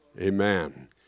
Amen